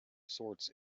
sorts